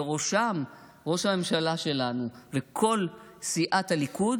ובראשה ראש הממשלה שלנו וכל סיעת הליכוד,